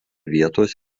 vietos